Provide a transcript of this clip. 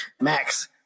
Max